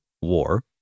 war